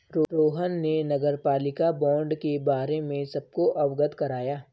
रोहन ने नगरपालिका बॉण्ड के बारे में सबको अवगत कराया